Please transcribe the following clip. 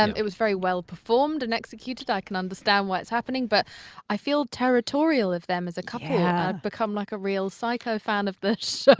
um it was very well-performed and executed. i can understand why it's happening, but i feel territorial of them as a couple. yeah. i've become like a real psycho fan of the show. oh,